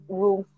room